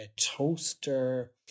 toaster